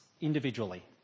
individually